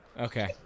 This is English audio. Okay